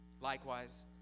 likewise